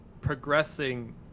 progressing